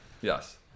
yes